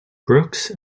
brookes